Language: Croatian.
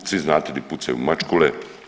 Svi znate di pucaju mačkule.